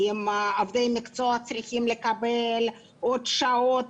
אם עובדי המקצוע צריכים לקבל עוד שעות,